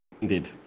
Indeed